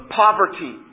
poverty